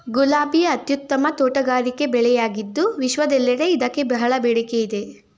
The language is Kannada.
ಗುಲಾಬಿ ಅತ್ಯುತ್ತಮ ತೋಟಗಾರಿಕೆ ಬೆಳೆಯಾಗಿದ್ದು ವಿಶ್ವದೆಲ್ಲೆಡೆ ಇದಕ್ಕೆ ಬಹಳ ಬೇಡಿಕೆ ಇದೆ